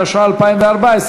התשע"ה 2014,